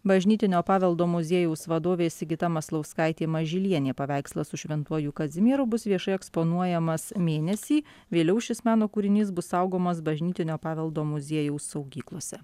bažnytinio paveldo muziejaus vadovė sigita maslauskaitė mažylienė paveikslas su šventuoju kazimieru bus viešai eksponuojamas mėnesį vėliau šis meno kūrinys bus saugomas bažnytinio paveldo muziejaus saugyklose